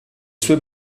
sue